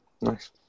Nice